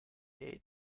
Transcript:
eight